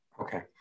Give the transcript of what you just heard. Okay